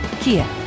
Kia